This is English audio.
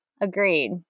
Agreed